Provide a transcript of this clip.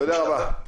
תודה רבה.